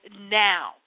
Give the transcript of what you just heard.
now